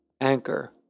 Anchor